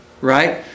right